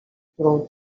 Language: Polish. którą